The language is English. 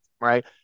right